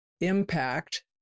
impact